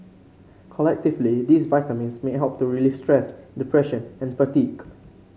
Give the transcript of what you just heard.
collectively these vitamins may help to relieve stress depression and fatigue